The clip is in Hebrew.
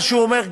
מה שהוא אומר,